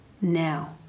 now